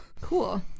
Cool